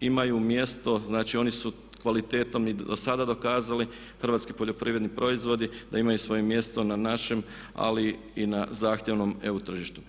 imaju mjesto, znači oni su kvalitetom i do sada dokazali, Hrvatski poljoprivredni proizvodni da imaju svoje mjesto na našem ali na zahtjevnom EU tržištu.